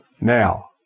Now